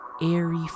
airy